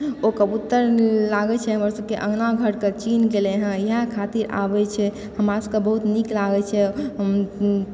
ओ कबूतर लागैत छै हमर सबके अङ्गना घर चिन्ह गेलै हँ इएह खातिर आबए छै हमरा सबके बहुत नीक लागै छै